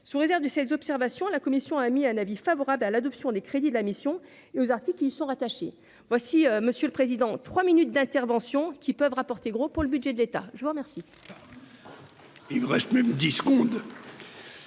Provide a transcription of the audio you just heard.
sous réserve de ces observations, la commission a émis un avis favorable à l'adoption des crédits de la mission et aux articles qui sont rattachés voici monsieur le Président, 3 minutes d'intervention qui peuvent rapporter gros pour le budget de l'État, je vous remercie. Pardon. Il reste même dix secondes